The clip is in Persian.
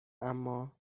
اما